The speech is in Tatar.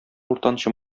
уртанчы